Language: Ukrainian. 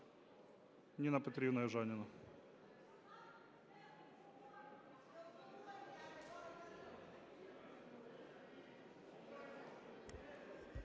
Ніна Петрівна Южаніна.